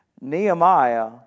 Nehemiah